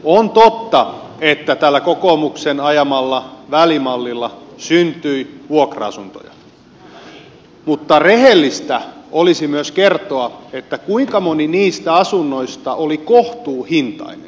on totta että tällä kokoomuksen ajamalla välimallilla syntyi vuokra asuntoja mutta rehellistä olisi myös kertoa kuinka moni niistä asunnoista oli kohtuuhintainen